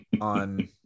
on